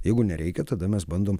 jeigu nereikia tada mes bandom